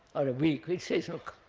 or a week. it says, look